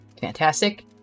Fantastic